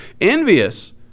envious